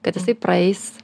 kad jisai praeis